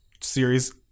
series